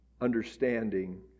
understanding